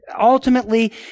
ultimately